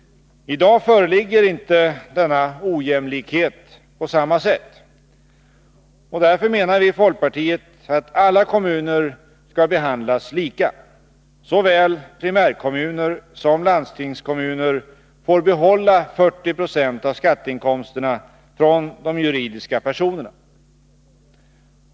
I dag föreligger inte denna ojämlikhet på samma sätt. Därför menar vi i folkpartiet att alla kommuner skall behandlas lika. Såväl primärxommuner som landstingskommuner får behålla 40 90 av skatteinkomsterna från de juridiska personerna.